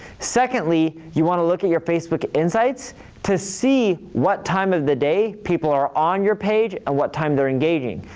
secondly, you wanna look at your facebook insights to see what time of the day people are on your page and what time they're engaging.